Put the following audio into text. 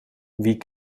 wie